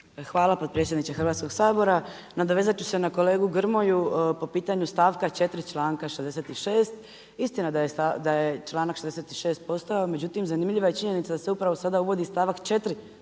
Hvala potpredsjedniče Hrvatskog sabora. Nadovezat ću se na kolegu Grmoju po pitanju stavka 4. članka 66. Istina je da je članak 66. postojao, međutim zanimljiva je činjenica da se upravo sada uvodi stavak 4.